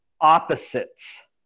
opposites